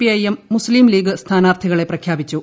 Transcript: I M Muslim League സ്മൂനാർത്ഥികളെ പ്രഖ്യാപിച്ചു